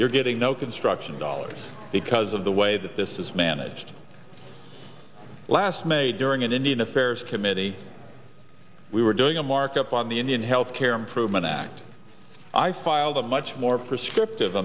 you're getting no construction dollars because of the way that this is managed last may during an indian affairs committee we were doing a markup on the indian health care improvement act i filed a much more prescript